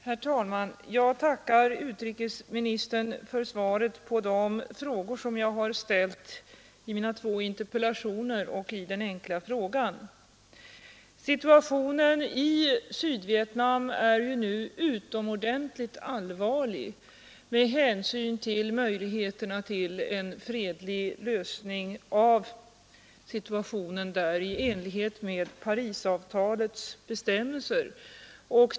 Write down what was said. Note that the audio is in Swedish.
Herr talman! Jag tackar utrikesministern för svaret på de frågor som jag har ställt i mina två interpellationer och i den enkla frågan. Situationen i Sydvietnam är ju utomordentligt allvarlig med hänsyn till möjligheterna till en fredlig lösning i enlighet med Parisavtalets bestämmelser.